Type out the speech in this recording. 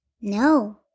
No